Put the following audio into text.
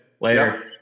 Later